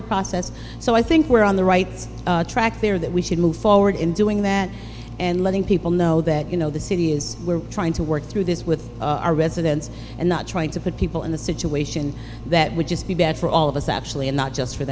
the process so i think we're on the right track there that we should move forward in doing that and letting people know that you know the city is we're trying to work through this with our residents and not trying to put people in the situation that would just be bad for all of us actually and not just for